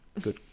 good